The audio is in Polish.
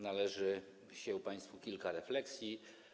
Należy się państwu kilka refleksji.